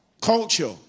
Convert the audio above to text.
culture